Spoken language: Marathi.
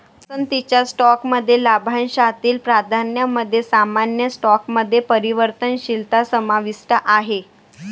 पसंतीच्या स्टॉकमध्ये लाभांशातील प्राधान्यामध्ये सामान्य स्टॉकमध्ये परिवर्तनशीलता समाविष्ट आहे